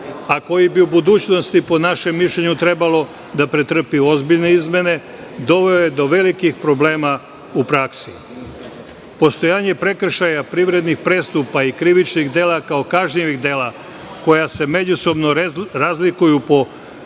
a koji bi u budućnosti, po našem mišljenju, trebalo da pretrpi ozbiljne izmene, doveo je do velikih problema u praksi. Postojanje prekršaja privrednih prestupa i krivičnih dela kao kažnjivih dela koja se međusobno razlikuju po subjektima